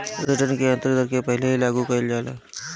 return की आतंरिक दर के पहिले ही लागू कईल जाला